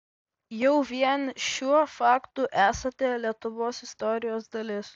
jau vien šiuo faktu esate lietuvos istorijos dalis